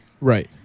Right